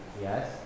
Yes